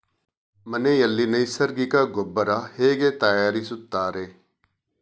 ಮನೆಯಲ್ಲಿ ನೈಸರ್ಗಿಕ ಗೊಬ್ಬರ ಹೇಗೆ ತಯಾರಿಸುತ್ತಾರೆ?